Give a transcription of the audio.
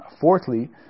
Fourthly